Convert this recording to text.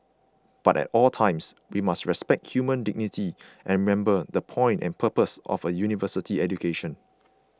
but at all times we must respect human dignity and remember the point and purpose of a University education